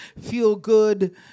feel-good